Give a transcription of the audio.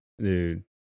Dude